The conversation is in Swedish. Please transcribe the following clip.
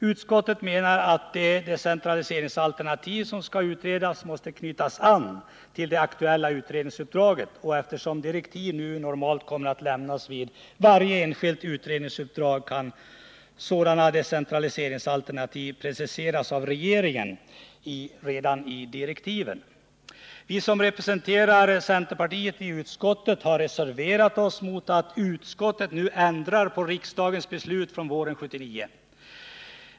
Utskottet menar att de decentraliseringsalternativ som skall utredas måste knyta an till det aktuella utredningsuppdraget, och eftersom direktiv nu normalt kommer att lämnas vid varje enskilt utredningsuppdrag kan sådana decentraliseringsalternativ preciseras av regeringen redan i direktiven. Vi som representerar centerpartiet i utskottet har reserverat oss mot att utskottet nu ändrar på riksdagens beslut från våren 1979.